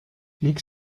miks